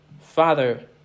Father